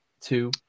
two